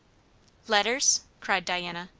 letters! cried diana,